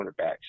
quarterbacks